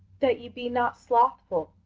that ye be not slothful,